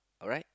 alright